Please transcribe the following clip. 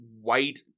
white